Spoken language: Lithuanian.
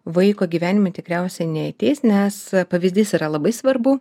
vaiko gyvenimą tikriausiai neateis nes pavyzdys yra labai svarbu